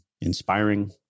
inspiring